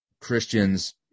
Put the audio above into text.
christians